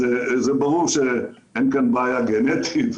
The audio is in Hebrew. אז ברור שאין כאן בעיה גנטית,